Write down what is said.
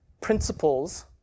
principles